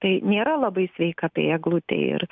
tai nėra labai sveika tai eglutei ir